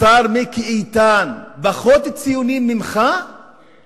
השר מיקי איתן, פחות ציונים ממך, כן.